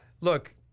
Look